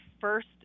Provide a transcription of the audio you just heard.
first